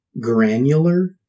granular